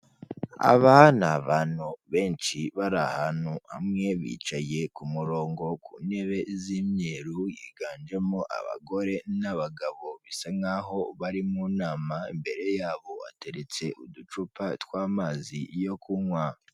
Aba ni abantu benshi bari ahantu hamwe bicaye ku murongo ku ntebe z'imyeru higanjemo abagore n'abagabo bisa nk aho bari mu nama, imbere yabo hateretse uducupa tw'amazi yo kunywa.